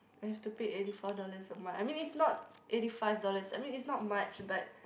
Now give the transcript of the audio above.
we have to pay eighty four dollars a month I mean is not eighty five dollars I mean is not much but